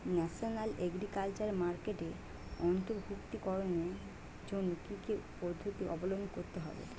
National agriculture মার্কেটে অন্তর্ভুক্তিকরণের জন্য কি কি পদ্ধতি অবলম্বন করতে হয়?